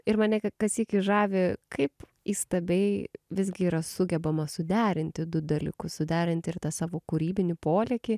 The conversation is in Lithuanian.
ir mane kad sykį žavi kaip įstabiai visgi yra sugebama suderinti du dalykus suderinti ir tą savo kūrybinį polėkį